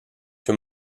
que